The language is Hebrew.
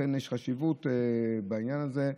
ולכן יש חשיבות בעניין הזה.